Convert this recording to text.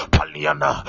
Paliana